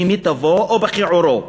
במיטבו או בכיעורו,